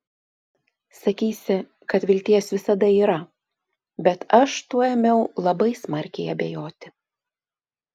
sakysi kad vilties visada yra bet aš tuo ėmiau labai smarkiai abejoti